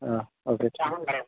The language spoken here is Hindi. हाँ ओके ठीक